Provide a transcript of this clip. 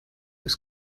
was